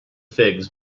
figs